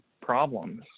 problems